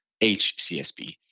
HCSB